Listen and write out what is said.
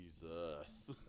Jesus